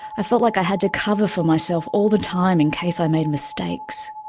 i felt like i had to cover for myself all the time in case i made mistakes.